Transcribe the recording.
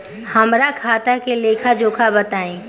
हमरा खाता के लेखा जोखा बताई?